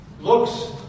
looks